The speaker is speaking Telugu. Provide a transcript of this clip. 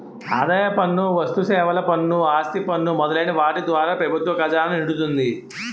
ఆదాయ పన్ను వస్తుసేవల పన్ను ఆస్తి పన్ను మొదలైన వాటి ద్వారా ప్రభుత్వ ఖజానా నిండుతుంది